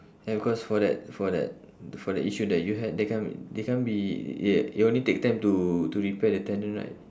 ya because for that for that for that issue that you had they can't they can't be it it only takes time to to repair the tendon right